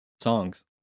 songs